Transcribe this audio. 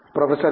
professor V